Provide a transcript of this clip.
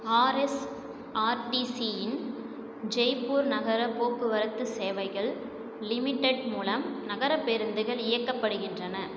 ஆர்எஸ்ஆர்டிசியின் ஜெய்ப்பூர் நகர போக்குவரத்து சேவைகள் லிமிடெட் மூலம் நகர பேருந்துகள் இயக்கப்படுகின்றன